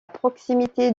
proximité